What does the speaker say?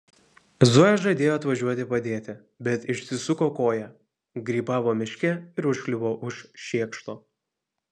zoja žadėjo atvažiuoti padėti bet išsisuko koją grybavo miške ir užkliuvo už šiekšto